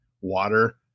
water